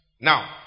Now